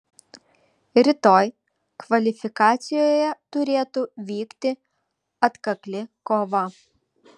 rytoj kvalifikacijoje turėtų vykti atkakli kova